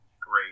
Great